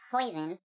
poison